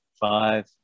five